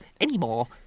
anymore